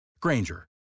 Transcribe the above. Granger